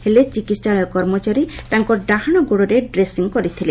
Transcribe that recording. ହେଲେ ଚିକିିିଆ କର୍ମଚାରୀ ତାଙ୍କ ଡାହାଣ ଗୋଡ଼ରେ ଡ୍ରେସିଂ କରିଥିଲେ